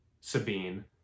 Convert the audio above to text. Sabine